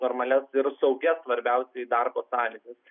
normalias ir saugias svarbiausiai darbo sąlygas